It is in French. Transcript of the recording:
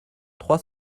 trois